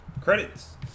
credits